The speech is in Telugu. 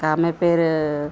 ఒక ఆమె పేరు